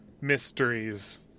mysteries